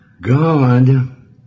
God